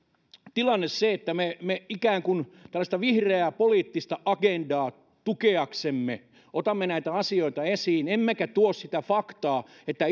tilanne se että me me ikään kuin tällaista vihreää poliittista agendaa tukeaksemme otamme näitä asioita esiin emmekä tuo esiin sitä faktaa että